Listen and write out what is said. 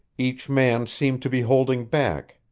each man seemed to be holding back,